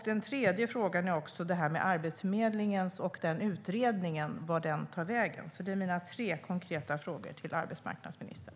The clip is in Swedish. Den tredje frågan gäller Arbetsförmedlingen och utredningen, vart den tar vägen. Det är mina tre konkreta frågor till arbetsmarknadsministern.